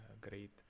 great